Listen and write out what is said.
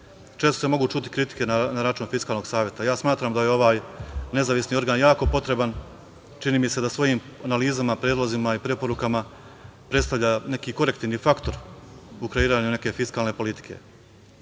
se mogu čuti kritike na račun Fiskalnog saveta. Ja smatram da je ovaj nezavisni organ jako potreban. Čini mi se da svojim analizama, predlozima i preporukama predstavlja neki korektivni faktor u kreiranju neke fiskalne politike.